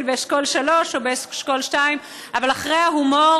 באשכול 3 או באשכול 2. אבל אחרי ההומור,